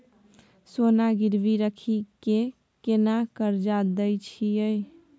सोना गिरवी रखि के केना कर्जा दै छियै?